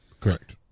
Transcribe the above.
Correct